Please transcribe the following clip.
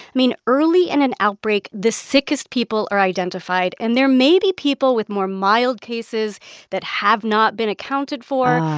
i mean, early in an outbreak, the sickest people are identified, and there may be people with more mild cases that have not been accounted for,